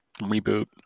reboot